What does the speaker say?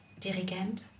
dirigent